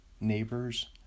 *Neighbors*